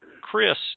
Chris